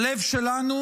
הלב שלנו